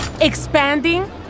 Expanding